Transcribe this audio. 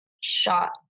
shot